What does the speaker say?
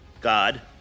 God